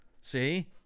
See